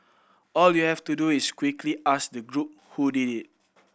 all you have to do is quickly ask the group who did it